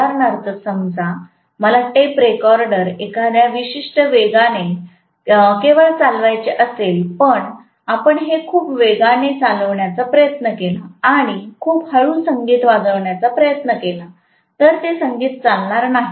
उदाहरणार्थ समजा मला टेप रेकॉर्डर एखाद्या विशिष्ट वेगाने केवळ चालवायचे असेल पण आपण हे खूप वेगवान चालवण्याचा प्रयत्न केला किंवा खूप हळू संगीत वाजविण्याचा प्रयत्न केला तर ते संगीत चालणार नाही